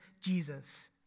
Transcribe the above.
Jesus